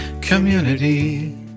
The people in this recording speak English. community